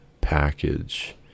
package